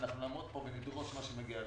אנחנו נעמוד פה ונדרוש את מה שמגיע לנו.